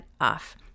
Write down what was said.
off